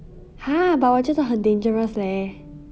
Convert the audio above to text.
!huh! but 我觉得很 dangerous leh